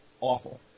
awful